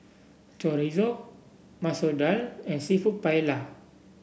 Chorizo Masoor Dal and seafood Paella